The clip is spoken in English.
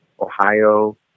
Ohio